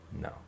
No